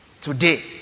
Today